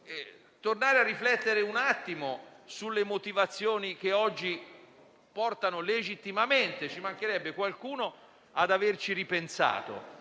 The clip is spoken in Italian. tornare a riflettere sulle motivazioni che oggi portano legittimamente - ci mancherebbe - qualcuno ad averci ripensato.